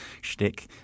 shtick